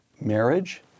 marriage